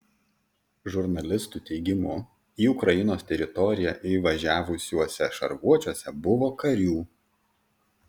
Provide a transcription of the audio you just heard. žurnalistų teigimu į ukrainos teritoriją įvažiavusiuose šarvuočiuose buvo karių